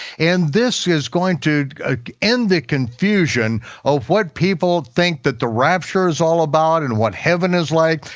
and this is going to end the confusion of what people think that the rapture is all about, and what heaven is like.